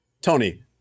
Tony